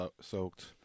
soaked